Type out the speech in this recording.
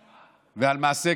המשטרה?